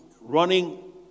running